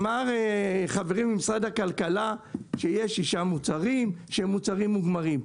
אמר חברי ממשרד הכלכלה שיש שישה מוצרים שהם מוצרים מוגמרים,